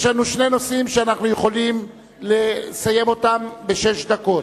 יש לנו שני נושאים שאנחנו יכולים לסיים אותם בשש דקות.